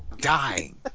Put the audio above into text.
dying